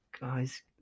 guys